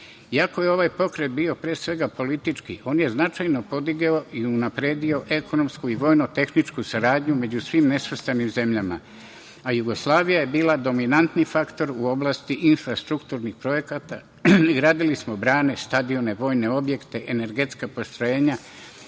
Iako je ovaj pokret bio pre svega politički, on je značajno podigao i unapredio ekonomsku i vojno-tehničku saradnju među svim nesvrstanim zemljama. Jugoslavija je bila dominantni faktor u oblasti infrastrukturnih projekata, gradili smo brane, stadione, vojne objekte, energetska postrojenja